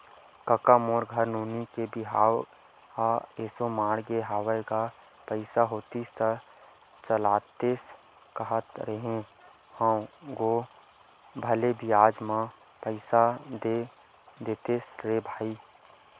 कका मोर घर नोनी के बिहाव ह एसो माड़हे हवय गा पइसा होतिस त चलातेस कांहत रेहे हंव गो भले बियाज म पइसा दे देतेस रे भई